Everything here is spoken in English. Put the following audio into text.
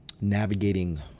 navigating